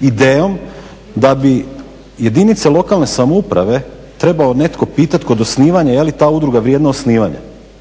idejom da bi jedinice lokalne samouprave trebao netko pitati kod osnivanja je li ta udruga vrijedna osnivanja.